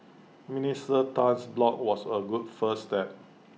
Minister Tan's blog was A good first step